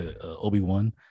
Obi-Wan